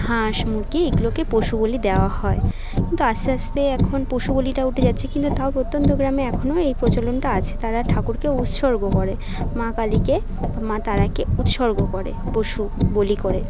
হাঁস মুরগি এগুলোকে পশুবলি দেওয়া হয় কিন্তু আস্তে আস্তে এখন পশুবলিটা উঠে যাচ্ছে কিন্তু তাও প্রত্যন্ত গ্রামে এখনও এই প্রচলনটা আছে তারা ঠাকুরকে উৎসর্গ করে মা কালীকে মা তারাকে উৎসর্গ করে পশু বলি করে